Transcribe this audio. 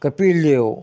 Kapil Dev